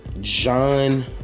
john